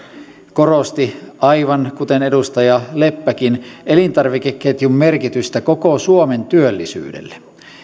korosti aivan kuten edustaja leppäkin elintarvikeketjun merkitystä koko suomen työllisyydelle